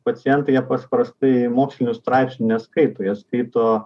pacientai jie pas prastai mokslinių straipsnių neskaito jie skaito